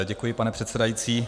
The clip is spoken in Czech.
Děkuji, pane předsedající.